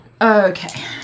Okay